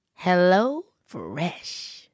HelloFresh